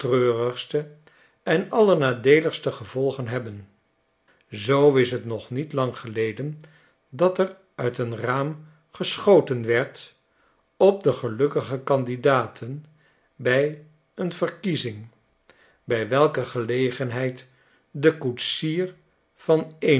en allernadeeligste gevolgen bebben zoo is t nog niet lang geleden dat er uit een raam geschoten werd op de gelukkige candidaten bij een verkiezing bij welke gelegenheid de koetsiervan een